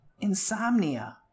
Insomnia